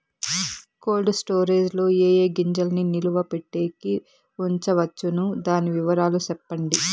Cold storage లో ఏ ఏ గింజల్ని నిలువ పెట్టేకి ఉంచవచ్చును? దాని వివరాలు సెప్పండి?